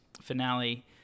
finale